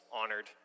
honored